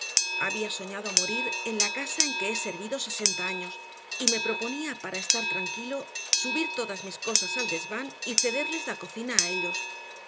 había soñado morir en la casa en que he servido sesenta años y me proponía para estar tranquilo subir todas mis cosas al desván y cederles la cocina a ellos